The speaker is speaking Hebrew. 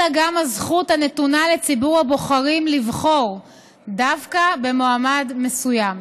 אלא גם הזכות הנתונה לציבור הבוחרים לבחור דווקא במועמד מסוים.